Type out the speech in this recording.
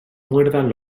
muerdan